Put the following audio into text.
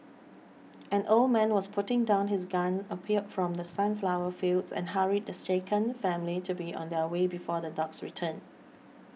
an old man was putting down his gun appeared from the sunflower fields and hurried the shaken family to be on their way before the dogs return